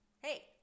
Hey